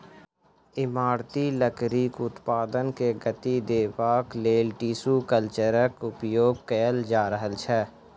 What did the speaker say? इमारती लकड़ीक उत्पादन के गति देबाक लेल टिसू कल्चरक उपयोग कएल जा रहल छै